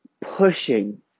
pushing